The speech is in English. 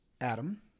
Adam